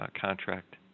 contract